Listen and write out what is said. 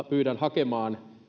pyydän hakemaan